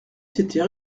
s’était